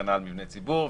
להתקנה על מבני ציבור.